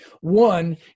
One